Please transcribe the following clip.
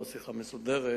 לא שיחה מסודרת,